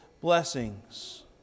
blessings